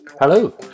Hello